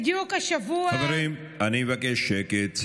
בדיוק השבוע, חברים, אני מבקש שקט.